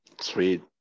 Sweet